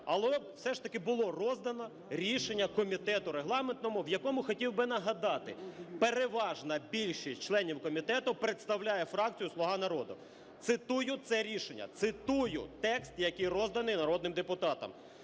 але все ж таки було роздане рішення Комітету регламентного, в якому, хотів би нагадати, переважна більшість членів комітету представляє фракцію "Слуга народу". Цитую це рішення, цитую текст, який розданий народним депутатам: